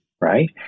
right